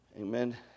Amen